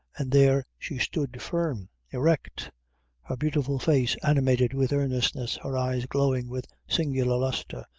and there she stood firm erect her beautiful face animated with earnestness, her eyes glowing with singular lustre,